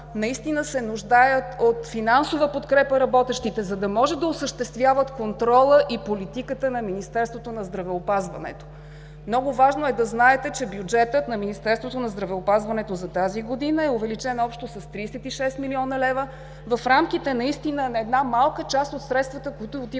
наистина се нуждаят от финансова подкрепа, за да може да осъществяват контрола и политиката на Министерството на здравеопазването. Много важно е да знаете, че бюджетът на Министерството на здравеопазването за тази година е увеличен общо с 36 млн. лв. – в рамките наистина на една малка част от средствата, които отиват